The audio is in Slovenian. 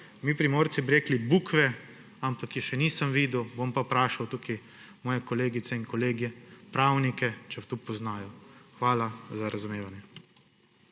Mi Primorci bi rekli, bukve, ampak je še nisem videl. Bom pa vprašal tukaj svoje kolegice in kolege pravnike, če to poznajo. Hvala za razumevanje.